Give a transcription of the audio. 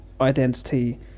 identity